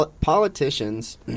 politicians